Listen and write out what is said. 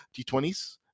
T20s